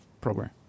program